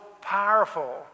powerful